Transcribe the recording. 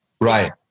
right